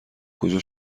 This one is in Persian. کجا